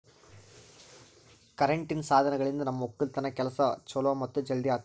ಕರೆಂಟಿನ್ ಸಾಧನಗಳಿಂದ್ ನಮ್ ಒಕ್ಕಲತನ್ ಕೆಲಸಾ ಛಲೋ ಮತ್ತ ಜಲ್ದಿ ಆತುದಾ